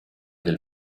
del